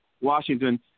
Washington